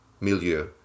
milieu